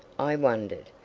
i wondered,